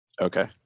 Okay